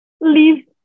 leave